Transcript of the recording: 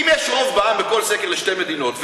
אם יש רוב בעם בכל סקר לשתי מדינות,